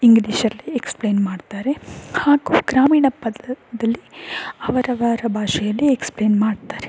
ಇಂಗ್ಲೀಷಲ್ಲಿ ಎಕ್ಸ್ಪ್ಲೇನ್ ಮಾಡ್ತಾರೆ ಹಾಗೂ ಗ್ರಾಮೀಣ ಭಾಗದಲ್ಲಿ ಅವರವರ ಭಾಷೆಯಲ್ಲಿ ಎಕ್ಸ್ಪ್ಲೇನ್ ಮಾಡ್ತಾರೆ